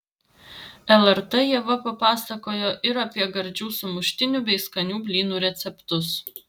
lrt ieva papasakojo ir apie gardžių sumuštinių bei skanių blynų receptus